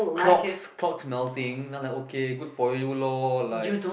clogs clogs melting then like okay good for you lor like